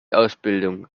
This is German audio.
ausbildung